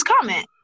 comment